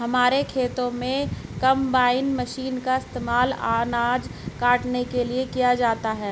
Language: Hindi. हमारे खेतों में कंबाइन मशीन का इस्तेमाल अनाज काटने के लिए किया जाता है